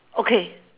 okay